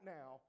now